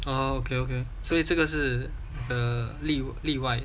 oh okay okay 所以这个是 err 例例外